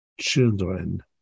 children